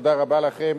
תודה רבה לכם.